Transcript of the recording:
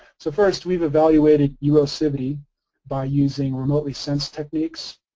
so first we've evaluated erosivity by using remotely sensed techniques.